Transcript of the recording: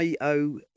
IO